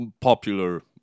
popular